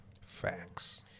Facts